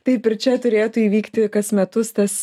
taip ir čia turėtų įvykti kas metus tas